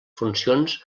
funcions